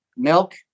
Milk